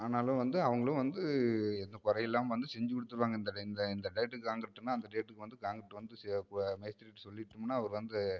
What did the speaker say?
ஆனாலும் வந்து அவங்களும் வந்து எந்த குறையும் இல்லாமல் வந்து செஞ்சுக் கொடுத்துருவாங்க இந்த டைமில் இந்த டேட்டுக்கு காங்கிரீட்டுன்னா அந்த டேட்டுக்கு வந்து காங்க்ரீட்டு வந்து செ போய் மேஸ்திரிக்கிட்டே சொல்லிவிட்டோம்னா அவர் வந்து